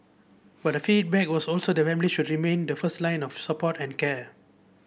but the feedback was also that the family should remain the first line of support and care